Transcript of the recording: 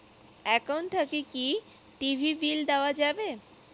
Account থাকি কি TV bill দেওয়া যাবে?